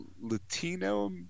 Latino